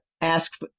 ask